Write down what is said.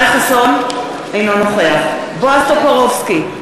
אינו נוכח בועז טופורובסקי,